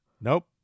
Nope